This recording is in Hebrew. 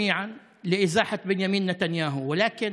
(אומר